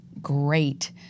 great